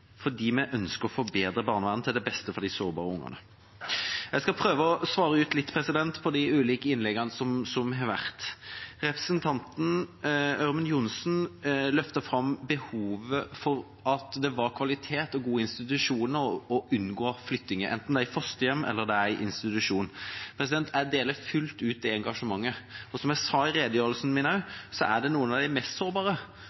fordi vi ønsker å forbedre barnevernet til det beste for de sårbare ungene. Jeg skal prøve å svare litt på de ulike innleggene som har vært. Representanten Ørmen Johnsen løftet fram behovet for kvalitet og gode institusjoner og å unngå flytting, enten det er i fosterhjem eller det er i institusjon. Jeg deler fullt ut det engasjementet. Som jeg også sa i redegjørelsen min,